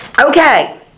okay